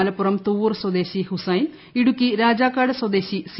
മലപ്പുറം തുവ്വൂർ സ്വദേശി ഹുസൈൻ ഇടുക്കി രാജാക്കാട് സ്വദേശി സി